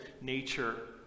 nature